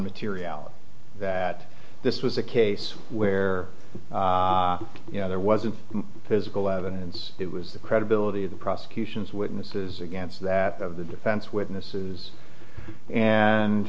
materiality that this was a case where you know there was a physical evidence it was the credibility of the prosecution's witnesses against that of the defense witnesses and